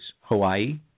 Hawaii